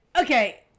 Okay